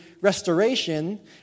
restoration